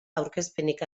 aurkezpenik